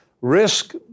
Risk